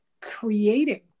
creating